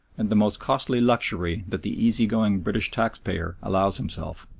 and the most costly luxury that the easy-going british taxpayer allows himself.